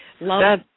love